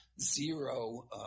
zero